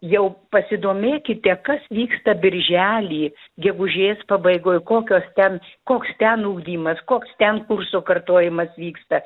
jau pasidomėkite kas vyksta birželį gegužės pabaigoj kokios ten koks ten ugdymas koks ten kurso kartojimas vyksta